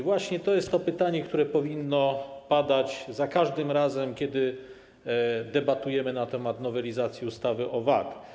Właśnie to jest pytanie, które powinno padać za każdym razem, kiedy debatujemy na temat nowelizacji ustawy o VAT.